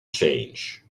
change